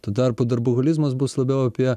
tuo tarpu darboholizmas bus labiau apie